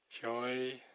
joy